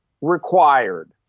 required